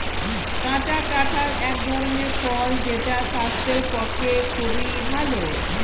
কাঁচা কাঁঠাল এক ধরনের ফল যেটা স্বাস্থ্যের পক্ষে খুবই ভালো